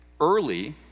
Early